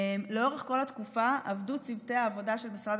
לאורך כל התקופה עבדו צוותי העבודה של משרד